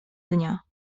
dnia